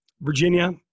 Virginia